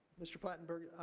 mr. platenberg,